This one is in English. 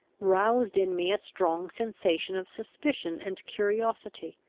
roused in me a strong sensation of suspicion and curiosity.